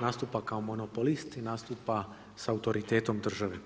nastupa kao monopolist i nastupa s autoritetom države.